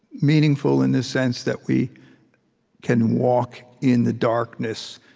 meaningful in the sense that we can walk in the darkness,